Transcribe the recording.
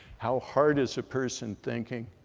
how hard is a person thinking?